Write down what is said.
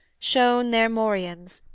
shone their morions,